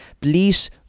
please